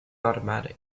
automatic